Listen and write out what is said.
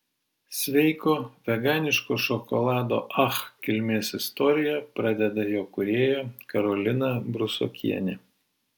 sveiko veganiško šokolado ach kilmės istoriją pradeda jo kūrėja karolina brusokienė